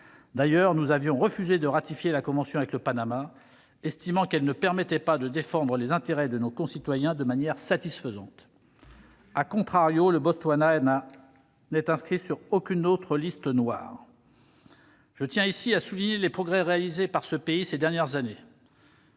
D'ailleurs, nous avions refusé de ratifier la convention avec le Panama, estimant qu'elle ne permettait pas de défendre les intérêts de nos concitoyens de manière satisfaisante., le Botswana n'est inscrit sur aucune autre liste noire. Je tiens ici à souligner les progrès réalisés par ce pays au cours des dernières années.